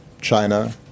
China